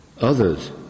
others